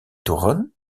toren